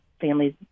families